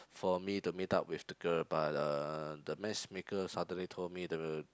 for me to meet up with the girl but uh the matchmaker Saturday told me the